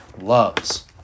loves